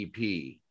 EP